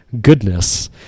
goodness